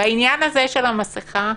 בעניין הזה של המסכה,